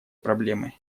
проблемой